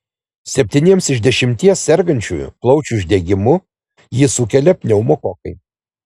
septyniems iš dešimties sergančiųjų plaučių uždegimu jį sukelia pneumokokai